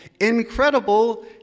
incredible